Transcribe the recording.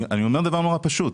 אני אומר דבר מאוד פשוט.